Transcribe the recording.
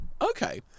okay